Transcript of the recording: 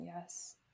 yes